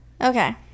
okay